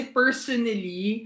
personally